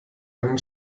einen